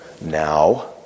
now